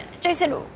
Jason